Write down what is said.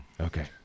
okay